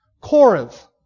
Corinth